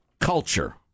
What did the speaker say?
Culture